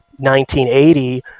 1980